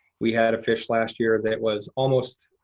we had a fish last year that was almost,